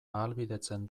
ahalbidetzen